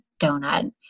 donut